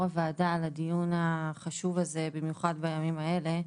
העבודה על הדיון החשוב הזה במיוחד בימים האלה.